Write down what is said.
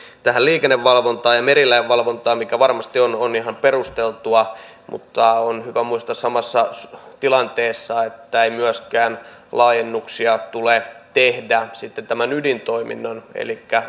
tähän liikennevalvontaan ja merilain valvontaan mikä varmasti on ihan perusteltua mutta on hyvä muistaa samassa tilanteessa että ei myöskään laajennuksia tule tehdä niin että ydintoiminta elikkä